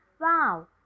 Wow